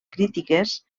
crítiques